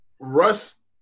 Russ –